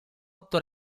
otto